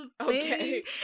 Okay